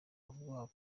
urwaho